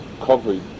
covering